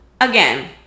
again